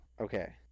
Okay